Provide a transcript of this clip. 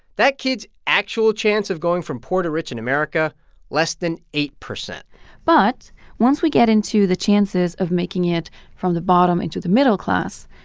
that kid's actual chance of going from poor to rich in america less than eight point but once we get into the chances of making it from the bottom into the middle class,